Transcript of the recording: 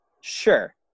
Sure